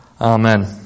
Amen